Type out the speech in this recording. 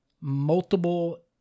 multiple